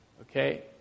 Okay